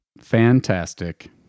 Fantastic